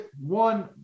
one